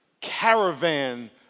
caravan